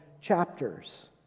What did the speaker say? chapters